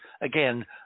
again